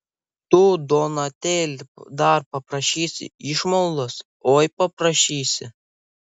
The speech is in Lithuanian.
tu donatėli dar paprašysi išmaldos oi paprašysi